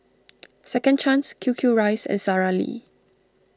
Second Chance Q Q Rice and Sara Lee